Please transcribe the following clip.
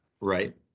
Right